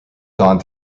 gone